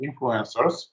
influencers